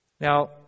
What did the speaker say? Now